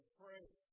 praise